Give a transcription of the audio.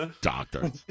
Doctor